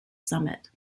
summit